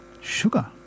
Sugar